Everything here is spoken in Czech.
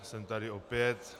Jsem tady opět.